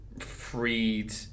freed